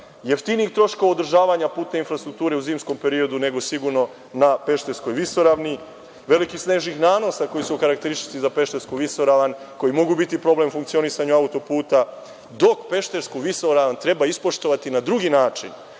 jeftinijih troškova održavanja putne infrastrukture u zimskom periodu nego sigurno na Pešterskoj visoravni, velikih snežnih nanosa koji su karakteristični za Peštersku visoravan, koji mogu biti problem funkcionisanja auto-puta, dok Peštersku visoravan treba ispoštovati na drugi način: